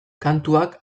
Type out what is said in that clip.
kantuak